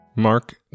Mark